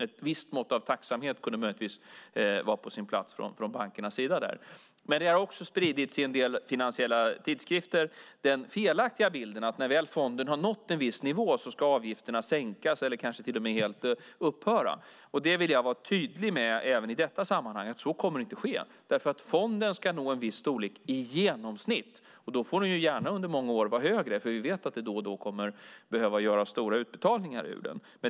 Ett visst mått av tacksamhet från bankernas sida kunde möjligtvis vara på sin plats. Det har dock i en del finansiella tidskrifter också spridits den felaktiga bilden att avgifterna ska sänkas eller kanske till och med helt upphöra när fonden väl har nått en viss nivå. Jag vill även i detta sammanhang vara tydlig med att så inte kommer att ske. Fonden ska nämligen nå en viss storlek i genomsnitt . Då får den gärna under många år vara högre, för vi vet att det då och då kommer att behöva göras stora utbetalningar ur den.